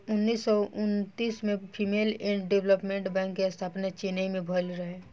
उन्नीस सौ उन्तीस में फीमेल एंड डेवलपमेंट बैंक के स्थापना चेन्नई में भईल रहे